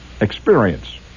experience